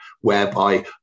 Whereby